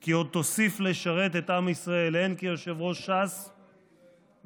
כי עוד תוסיף לשרת את עם ישראל הן כיושב-ראש ש"ס והן,